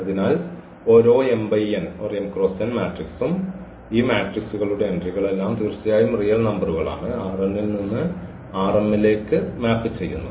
അതിനാൽ ഓരോ മാട്രിക്സ്ഉം ഈ മാട്രിക്സുകളുടെ എൻട്രികളെല്ലാം തീർച്ചയായും റിയൽ നമ്പറുകളാണ് ൽ നിന്ന് ലേക്ക് മാപ്പ് ചെയ്യുന്നു